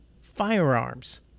firearms